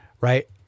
right